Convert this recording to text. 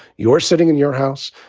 you're sitting in your house.